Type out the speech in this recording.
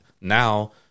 now